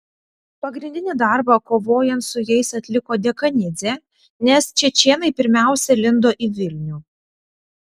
pagrindinį darbą kovojant su jais atliko dekanidzė nes čečėnai pirmiausia lindo į vilnių